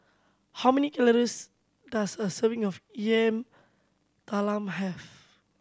how many calories does a serving of Yam Talam have